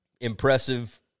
impressive